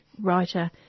writer